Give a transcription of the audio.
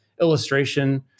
illustration